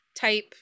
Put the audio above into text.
type